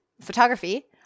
photography